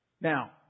Now